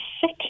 sick